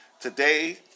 today